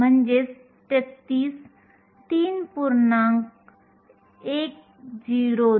गतिशीलता नेहमी तापमानाचे कार्य असते